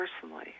personally